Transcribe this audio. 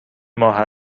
ماه